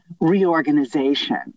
reorganization